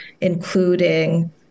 including